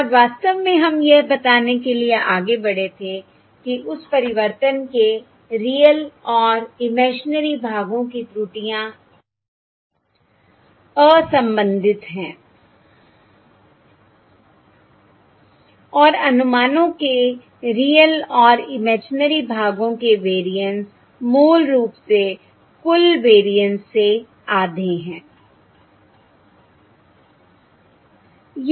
और वास्तव में हम यह बताने के लिए आगे बढ़े थे कि उस परिवर्तन के रियल और इमेजिनरी भागों की त्रुटियां असंबंधित हैं और अनुमानों के रियल और इमेजिनरी भागों के वेरिएंस मूल रूप से कुल वेरिएंस से आधे है